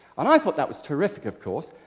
and i thought that was terrific, of course.